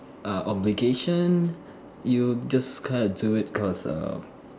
a obligation you just kind of do it cause of